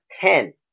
Ten